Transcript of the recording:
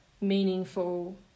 meaningful